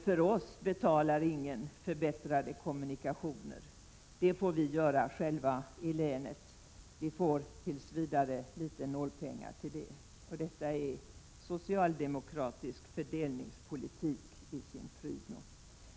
För oss betalar ingen förbättrade kommunikationer — det får vi i länet göra själva. Vi får tills vidare litet nålpengar. Det är socialdemokratisk fördelningspolitik i sin prydno.